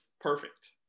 perfect